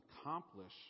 accomplish